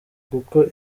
kuko